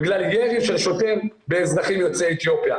בגלל ירי של שוטר באזרחים יוצאי אתיופיה.